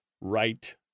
right